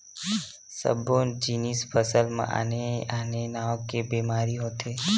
सब्बो जिनिस फसल म आने आने नाव के बेमारी होथे